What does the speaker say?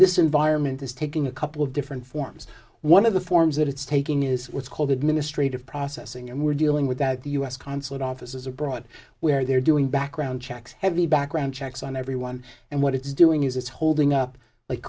this environment is taking a couple of different forms one of the forms that it's taking is what's called administrative processing and we're dealing with that the u s consulate offices abroad where they're doing background checks heavy background checks on everyone and what it's doing is it's holding up like